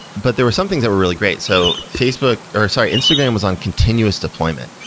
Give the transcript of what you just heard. but there were some things that were really great. so facebook, or sorry, instagram was on continuous deployment,